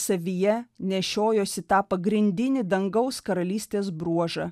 savyje nešiojosi tą pagrindinį dangaus karalystės bruožą